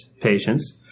patients